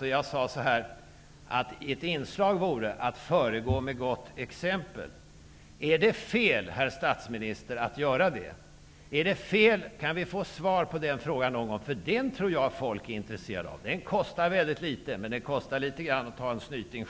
Jag har sagt att ett inslag i detta sammanhang vore att föregå med gott exempel. Är det fel, herr statsminister, att göra det? Kan vi få svar på den frågan någon gång? Den tror jag att folk är intresserade av. Det gäller mycket litet pengar, men det kostar på litet grand att själv ta en snyting.